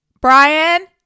Brian